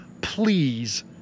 please